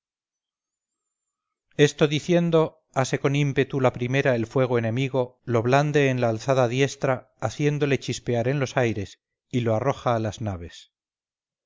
ímpetu la primera el fuego enemigo lo blande en la alzada diestra haciéndole chispear en los aires y lo arroja a las naves